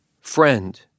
friend